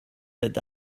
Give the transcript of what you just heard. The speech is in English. that